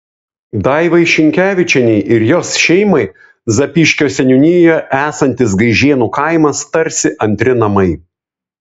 daivai šinkevičienei ir jos šeimai zapyškio seniūnijoje esantis gaižėnų kaimas tarsi antri namai